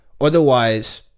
Otherwise